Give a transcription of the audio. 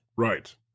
Right